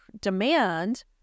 demand